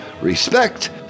respect